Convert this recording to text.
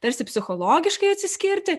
tarsi psichologiškai atsiskirti